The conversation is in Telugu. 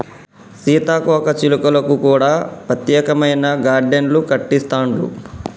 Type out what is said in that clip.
సీతాకోక చిలుకలకు కూడా ప్రత్యేకమైన గార్డెన్లు కట్టిస్తాండ్లు